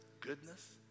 goodness